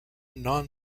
non